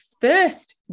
first